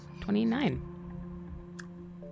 twenty-nine